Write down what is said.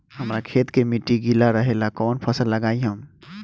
हमरा खेत के मिट्टी गीला रहेला कवन फसल लगाई हम?